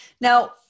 Now